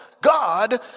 God